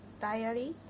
diary